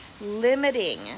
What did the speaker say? limiting